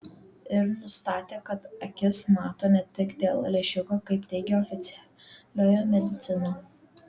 ir nustatė kad akis mato ne tik dėl lęšiuko kaip teigia oficialioji medicina